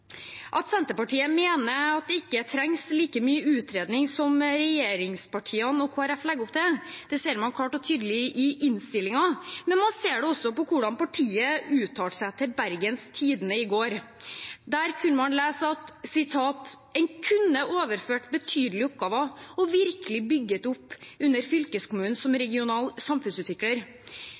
At Senterpartiet mener at det ikke trengs like mye utredning som regjeringspartiene og Kristelig Folkeparti legger opp til, ser man klart og tydelig i innstillingen, men man ser det også på hvordan partiet uttalte seg til Bergens Tidende i går. Der kunne man lese: «En kunne overført betydelige oppgaver, og virkelig bygget opp under fylkeskommunen som regional samfunnsutvikler.